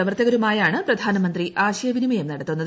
പ്രവർത്തകരുമായാണ് പ്രധാനമന്ത്രി ആശയവിനിമയം നടത്തുന്നത്